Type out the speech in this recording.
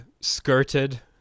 skirted